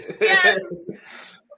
yes